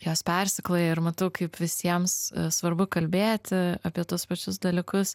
jos persikloja ir matau kaip visiems svarbu kalbėti apie tuos pačius dalykus